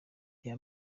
reba